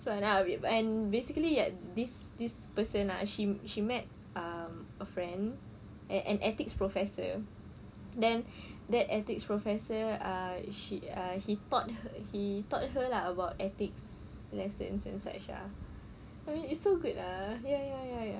this [one] basically kan this this person ah she she met um a friend an an ethics professor then then ethics professor ah she ah he taught her he taught her ah about ethics yes and such ah I mean it's so good ah ya ya ya ya